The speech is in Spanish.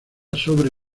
sobre